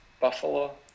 Buffalo